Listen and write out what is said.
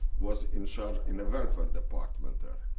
was in charge in the welfare department there.